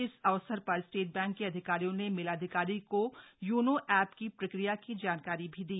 इस अवसर पर स्टेट बैंक के अधिकारियों ने मेलाधिकारी को यूनो एप की प्रक्रिया की जानकारी भी दी